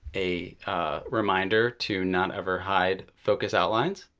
a reminder to not ever hide focus outlines.